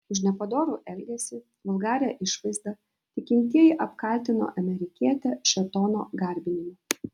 už nepadorų elgesį vulgarią išvaizdą tikintieji apkaltino amerikietę šėtono garbinimu